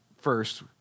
first